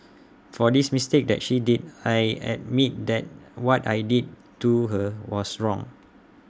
for the mistake that she did I admit that what I did to her was wrong